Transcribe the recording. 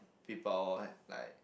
people like